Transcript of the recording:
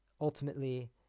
ultimately